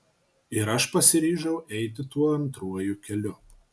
ir aš pasiryžau eiti tuo antruoju keliu